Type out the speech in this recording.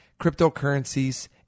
cryptocurrencies